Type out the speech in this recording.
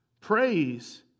Praise